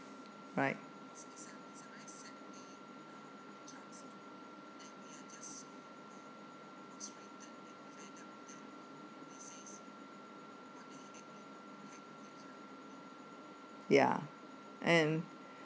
right ya and